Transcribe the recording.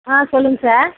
ஆ சொல்லுங்கள் சார்